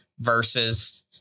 versus